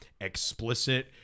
explicit